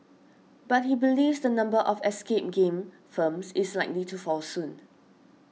but he believes the number of escape game firms is likely to fall soon